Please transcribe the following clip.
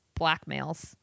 blackmails